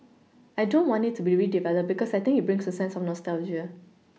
I don't want it to be redeveloped because I think it brings a sense of nostalgia